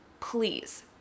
please